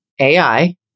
AI